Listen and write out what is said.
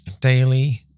daily